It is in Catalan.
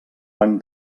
van